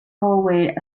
hallway